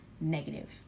negative